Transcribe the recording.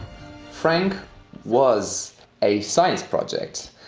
frank was a science project.